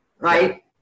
Right